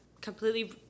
completely